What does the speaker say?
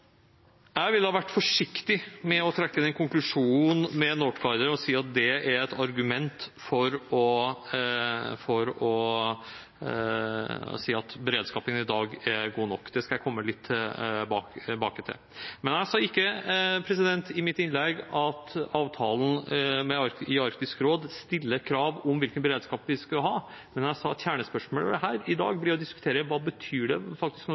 Jeg ville vært forsiktig med å trekke den konklusjonen etter det som skjedde med «Northguider», og si at det er et argument for at beredskapen i dag er god nok. Det skal jeg komme litt tilbake til. Men jeg sa ikke i mitt innlegg at avtalen i Arktisk råd stiller krav om hvilken beredskap vi skal ha, men jeg sa at kjernespørsmålet her i dag blir å diskutere hva det betyr når vi har forpliktet oss til å ha en adekvat og tilstrekkelig beredskap og det